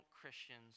Christians